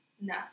No